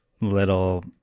little